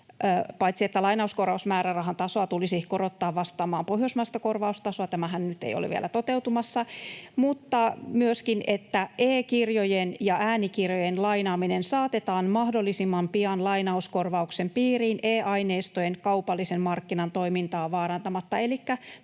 paitsi että lainauskorvausmäärärahan tasoa tulisi korottaa vastaamaan pohjoismaista korvaustasoa — tämähän nyt ei ole vielä toteutumassa — myöskin e-kirjojen ja äänikirjojen lainaaminen saatetaan mahdollisimman pian lainauskorvauksen piiriin e-aineistojen kaupallisen markkinan toimintaa vaarantamatta.